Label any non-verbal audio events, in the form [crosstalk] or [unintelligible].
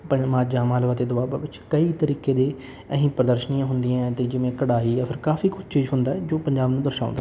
[unintelligible] ਮਾਝਾ ਮਾਲਵਾ ਅਤੇ ਦੁਆਬਾ ਵਿੱਚ ਕਈ ਤਰੀਕੇ ਦੀ ਇਹ ਹੀ ਪ੍ਰਦਰਸ਼ਨੀਆਂ ਹੁੰਦੀਆਂ ਅਤੇ ਜਿਵੇਂ ਕਢਾਈ ਆ ਫਿਰ ਕਾਫ਼ੀ ਕੁਛ ਚੀਜ਼ ਹੁੰਦਾ ਜੋ ਪੰਜਾਬ ਨੂੰ ਦਰਸਾਉਂਦਾ